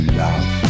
love